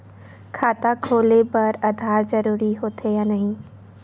खाता खोले बार आधार जरूरी हो थे या नहीं?